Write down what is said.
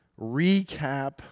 recap